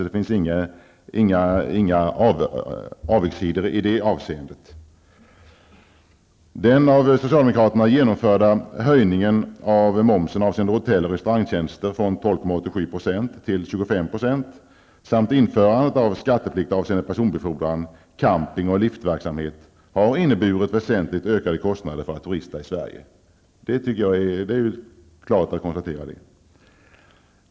Det finns alltså inga avigsidor i det avseendet. Den av socialdemokraterna genomförda höjningen av momsen avseende hotell och restaurangtjänster från 12,87 % till 25 % samt införandet av skatteplikt avseende personbefordran, camping och liftverksamhet har inneburit väsentligt ökade kostnader för att rusta i Sverige. Det kan vi klart konstatera.